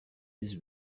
his